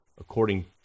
according